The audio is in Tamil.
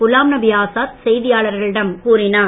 குலாம் நபி ஆசாத் செய்தியாளர்களிடம் கூறினார்